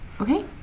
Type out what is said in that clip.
Okay